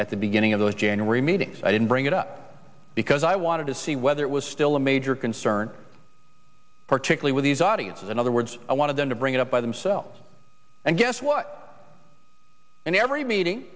at the beginning of those january meetings i didn't bring it up because i wanted to see whether it was still a major concern particularly with these audiences in other words i wanted them to bring it up by themselves and guess what in every meeting